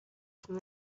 from